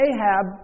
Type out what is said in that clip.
Ahab